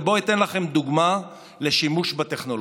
ובואו אתן לכם דוגמה לשימוש בטכנולוגיה.